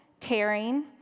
tearing